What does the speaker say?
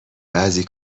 بعضی